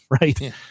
right